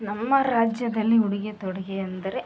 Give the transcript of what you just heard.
ನಮ್ಮ ರಾಜ್ಯದಲ್ಲಿ ಉಡುಗೆ ತೊಡುಗೆ ಅಂದರೆ